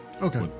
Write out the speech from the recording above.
Okay